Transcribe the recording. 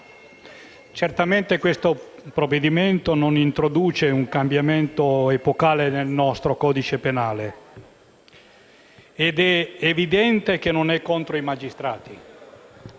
certamente il provvedimento in esame non introduce un cambiamento epocale nel nostro codice penale ed è evidente che non è contro i magistrati.